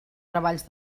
treballs